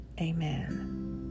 Amen